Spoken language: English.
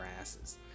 asses